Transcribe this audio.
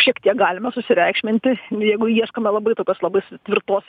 šiek tiek galima susireikšminti jeigu ieškome labai tokios labai tvirtos